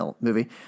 movie